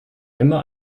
immer